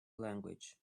language